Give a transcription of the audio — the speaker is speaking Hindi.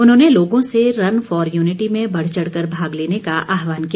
उन्होंने लोगों से रन फॉर यूनिटी में बढ़चढ़ कर भाग लेने का आहवान किया